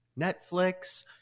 Netflix